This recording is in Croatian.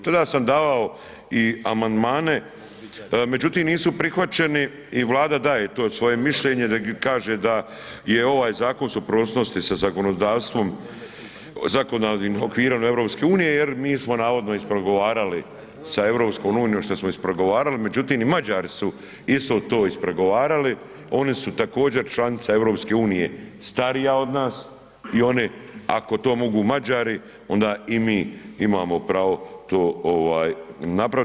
Tada sam davao i amandmane, međutim nisu prihvaćeni i Vlada daje to svoje mišljenje i kaže da je ovaj zakon u suprotnosti sa zakonodavstvom, zakonodavnim okvirom EU jer mi smo navodno ispregovarali s EU šta smo ispregovarali, međutim i Mađari su isto to ispregovarali, oni su također članica EU starija od nas i one, ako to mogu Mađari onda i mi imamo pravo to ovaj napraviti.